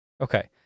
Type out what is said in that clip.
Okay